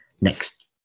next